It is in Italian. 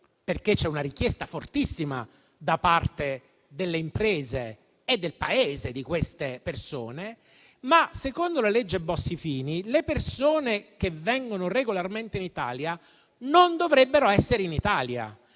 perché c'è una richiesta fortissima, da parte delle imprese e del Paese, di queste persone) ma, secondo la legge Bossi-Fini, le persone che vengono regolarmente in Italia non ci dovrebbero essere. In altre